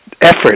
effort